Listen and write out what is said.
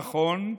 נכון,